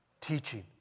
teaching